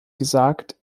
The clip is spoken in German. gesagt